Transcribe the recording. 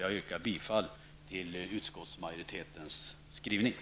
Jag yrkar bifall till utskottsmajoritetes skrivningar.